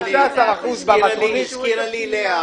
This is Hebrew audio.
לאה הזכירה לי איך